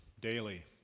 daily